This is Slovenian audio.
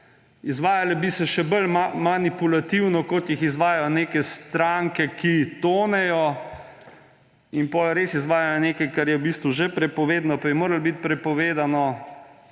Izvajale bi se še bolj manipulativno, kot jih izvajajo neke stranke, ki tonejo in potem res izvajajo nekaj, kar je v bistvu že prepovedano pa bi moralo biti prepovedano,